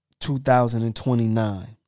2029